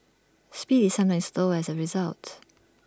speed is sometimes slower as A result